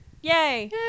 Yay